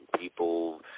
people